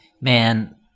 Man